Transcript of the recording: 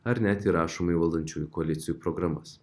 ar net įrašoma į valdančiųjų koalicijų programas